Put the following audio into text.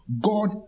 God